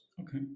Okay